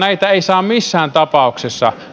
asiaa ei saa missään tapauksessa